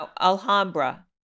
Alhambra